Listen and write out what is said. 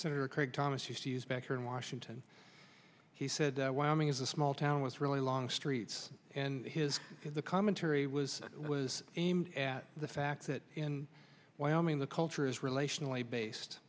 senator craig thomas uses back here in washington he said wyoming is a small town with really long streets and his commentary was it was aimed at the fact that in wyoming the culture is relationally based